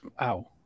ow